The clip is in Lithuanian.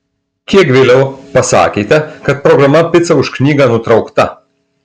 kiek vėliau pasakėte kad programa pica už knygą nutraukta